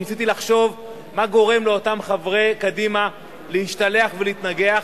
ניסיתי לחשוב מה גורם לאותם חברי קדימה להשתלח ולהתנגח,